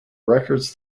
records